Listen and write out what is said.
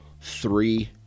Three